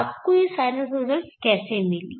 आपको ये साइनुसॉइडल कैसे मिली